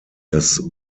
dass